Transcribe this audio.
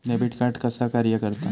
Debit card कसा कार्य करता?